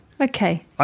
Okay